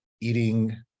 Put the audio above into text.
eating